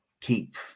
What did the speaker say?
keep